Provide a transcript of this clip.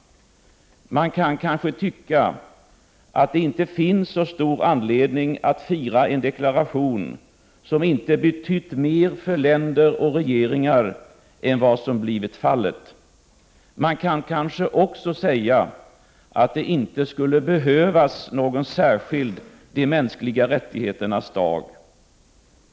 Man kan kanske tycka att det inte finns så stor anledning att fira en deklaration, som inte betytt mer för länder och regeringar, än vad som blivit fallet. Man kan kanske också säga att det inte skulle behövas någon särskild 3 de mänskliga rättigheternas dag.